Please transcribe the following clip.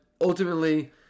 ultimately